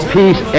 peace